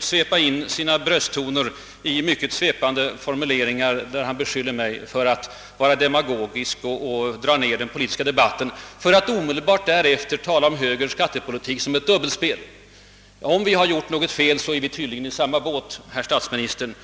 till brösttoner och svepande formuleringar och beskylla mig för att vara demagogisk och för att dra ner den politiska debatten för att omedelbart därefter tala om högerns skattepolitik som ett »dubbelspel». Har vi gjort något fel, sitter vi tydligen i samma båt, herr statsminister.